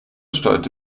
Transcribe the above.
steuerte